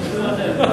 או שיש הסבר אחר?